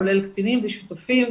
כולל קטינים ושותפים.